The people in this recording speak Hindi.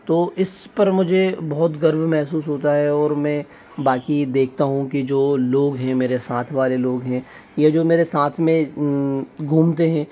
तो इस पर मुझे बहुत गर्व महसूस होता है और मैं बाकी देखता हूँ कि जो लोग हैं मेरे साथ वाले लोग है या जो मेरे साथ में घूमते हैं